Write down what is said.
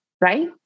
right